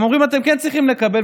והם אומרים: אתם כן צריכים לקבל,